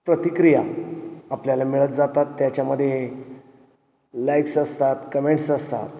प्रतिक्रिया आपल्याला मिळत जातात त्याच्यामध्ये लाईक्स असतात कमेंट्स असतात